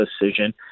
decision